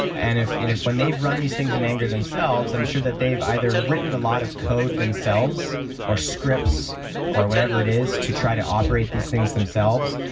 and you know when they've run these things in anger themselves, i'm sure that they've either written a lot of code themselves or scripts or whatever it is to try to operate these things themselves,